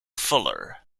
fuller